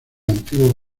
antiguo